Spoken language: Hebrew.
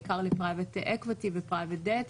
בעיקר ל- private equityו- private debt,